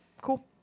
Cool